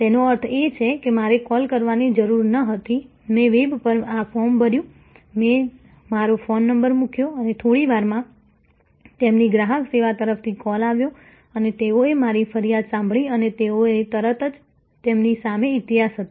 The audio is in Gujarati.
તેનો અર્થ એ કે મારે કૉલ કરવાની જરૂર નહોતી મેં વેબ પર આ ફોર્મ ભર્યું મેં મારો ફોન નંબર મૂક્યો અને થોડીવારમાં તેમની ગ્રાહક સેવા તરફથી કોલ આવ્યો અને તેઓએ મારી ફરિયાદ સાંભળી અને તેઓએ તરત જ તેમની સામે ઇતિહાસ હતો